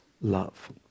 love